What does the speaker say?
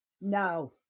no